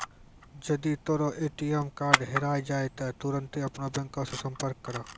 जदि तोरो ATM card हेराय जाय त तुरन्ते अपनो बैंको से संपर्क करो